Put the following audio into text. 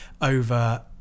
over